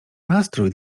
nastrój